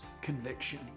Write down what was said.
conviction